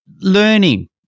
learning